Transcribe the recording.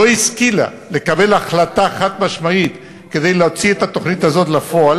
לא השכילה לקבל החלטה חד-משמעית להוציא את התוכנית הזאת לפועל.